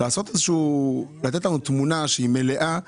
שתהיה לנו תמונה מלאה.